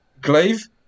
Glaive